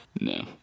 No